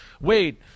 wait